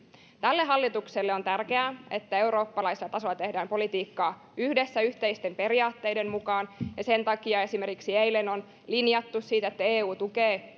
tälle hallitukselle on tärkeää että eurooppalaisella tasolla tehdään politiikkaa yhdessä yhteisten periaatteiden mukaan ja sen takia esimerkiksi eilen on linjattu siitä että eu tukee